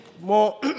more